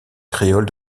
créole